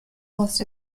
most